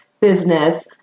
business